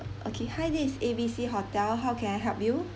okay hi this is A B C hotel how can I help you